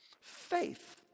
faith